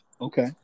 okay